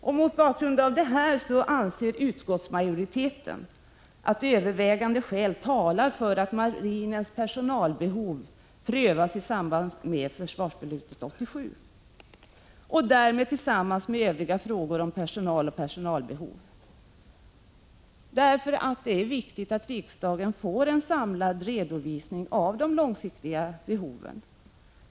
Mot denna bakgrund anser utskottsmajoriteten att övervägande skäl talar för att marinens personalbehov prövas i samband med försvarsbeslutet 1987, och därmed tillsammans med övriga frågor om personal och personalbehov. Det är grundläggande att riksdagen får en samlad redovisning av de långsiktiga behoven.